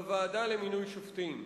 בוועדה למינוי שופטים.